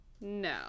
No